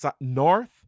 North